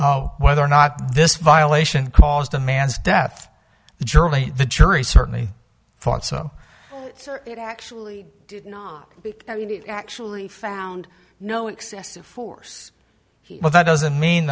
whether or not this violation caused a man's death generally the jury certainly thought so it actually actually found no excessive force but that doesn't mean